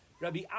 Rabbi